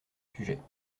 sujets